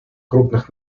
крупных